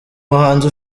muhanzi